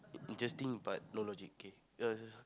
interesting but no logic kay the